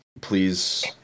please